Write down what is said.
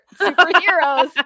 superheroes